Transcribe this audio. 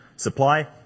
Supply